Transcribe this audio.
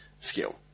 skill